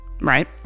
Right